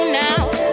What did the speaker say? now